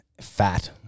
fat